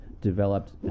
developed